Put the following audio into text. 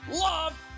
love